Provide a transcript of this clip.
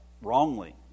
wrongly